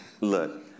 look